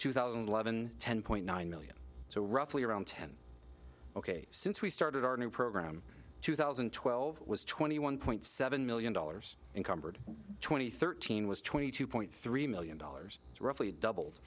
two thousand and eleven ten point nine million so roughly around ten ok since we started our new program two thousand and twelve was twenty one point seven million dollars in convert two thousand and thirteen was twenty two point three million dollars roughly double